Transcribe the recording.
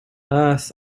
earth